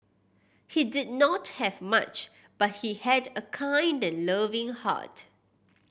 he did not have much but he had a kind and loving heart